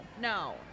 no